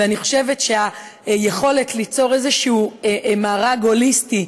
אני חושבת שהיכולת ליצור איזשהו מארג הוליסטי,